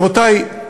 רבותי,